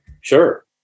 Sure